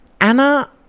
Anna